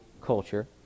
culture